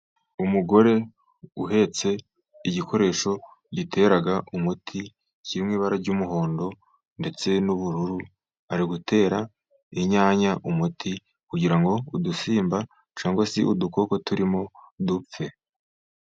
Umugore uhetse igikoresho gitera umuti, kirimo ibara ry'umuhondo ndetse n'ubururu, ari gutera inyanya umuti, kugira ngo udusimba cyangwa se udukoko turimo dupfe.